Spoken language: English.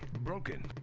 broken.